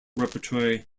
repertory